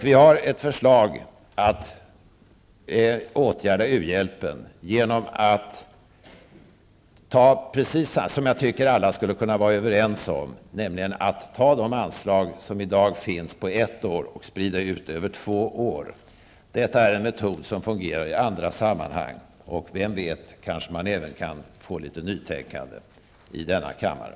Vi har ett förslag för att åtgärda u-hjälpen som jag tycker att alla skulle kunna vara överens om, nämligen att sprida ut anslaget för ett år över två år. Det är en metod som fungerar i andra sammanhang. Vem vet, kanske man även kan få litet nytänkande i denna kammare.